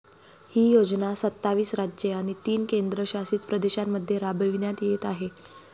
ही योजना सत्तावीस राज्ये आणि तीन केंद्रशासित प्रदेशांमध्ये राबविण्यात येत आहे